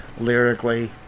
lyrically